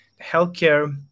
healthcare